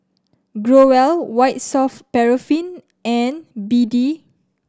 Growell White Soft Paraffin and B D